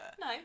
No